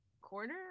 corner